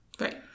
Right